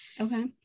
Okay